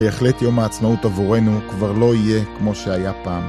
בהחלט יום העצמאות עבורנו כבר לא יהיה כמו שהיה פעם.